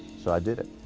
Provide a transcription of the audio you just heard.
so i did it.